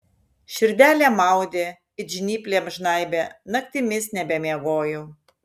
širdelė maudė it žnyplėm žnaibė naktimis nebemiegojau